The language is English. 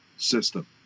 System